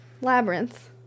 Labyrinth